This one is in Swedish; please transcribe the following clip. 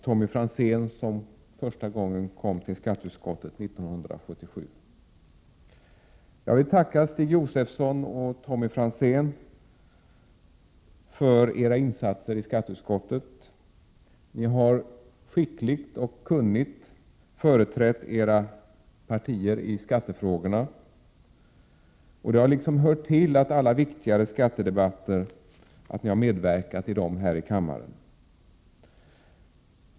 Tommy Franzén kom första gången till skatteutskottet 1977. Jag vill tacka Stig Josefson och Tommy Franzén för deras insatser i skatteutskottet. Ni har skickligt och kunnigt företrätt era partier i skattefrågorna. Det har liksom hört till att ni har medverkat i alla viktiga skattedebatter här i kammaren.